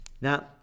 Now